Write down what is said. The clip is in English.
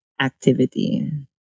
activity